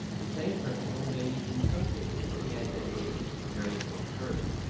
the same principle may in some cases be advantageously carried yet further,